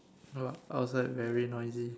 uh outside very noisy